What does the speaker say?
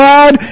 God